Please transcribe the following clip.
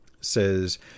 says